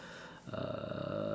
uh